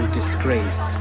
disgrace